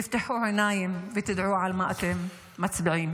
תפתחו עיניים, ותדעו על מה אתם מצביעים.